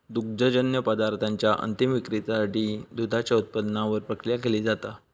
दुग्धजन्य पदार्थांच्या अंतीम विक्रीसाठी दुधाच्या उत्पादनावर प्रक्रिया केली जाता